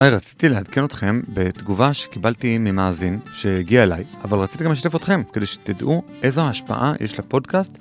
היי, רציתי לעדכן אתכם בתגובה שקיבלתי ממאזין, שהגיעה אליי, אבל רציתי גם לשתף אתכם, כדי שתדעו איזו השפעה יש לפודקאסט...